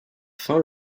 fin